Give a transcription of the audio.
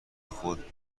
خود